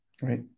Right